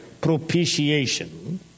propitiation